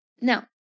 Now